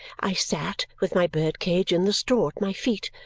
i sat, with my bird-cage in the straw at my feet,